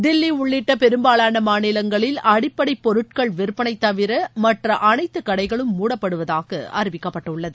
தில்லிஉள்ளிட்டபெரும்பாலானமாநிலங்களில் அடிப்படைபொருட்கள் விற்பனைதவிரமற்றஅனைத்துகடைகளும் மூடப்படுவதாகஅறிவிக்கப்பட்டுள்ளது